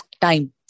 time